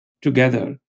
together